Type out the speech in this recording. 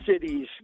cities